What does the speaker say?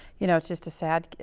you know, it's just a sad,